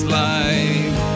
life